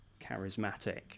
charismatic